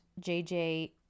JJ